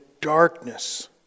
darkness